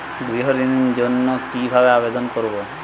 গৃহ ঋণ জন্য কি ভাবে আবেদন করব?